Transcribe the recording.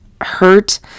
hurt